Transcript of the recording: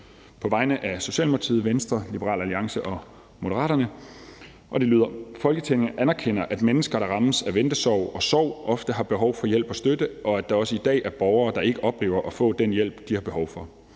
På vegne af Socialdemokratiet, Venstre, Liberal Alliance og Moderaterne skal jeg fremsætte følgende: Forslag til vedtagelse »Folketinget anerkender, at mennesker, der rammes af ventesorg og sorg, ofte har behov for hjælp og støtte, og at der også i dag er borgere, der ikke oplever at få den hjælp, de har behov for.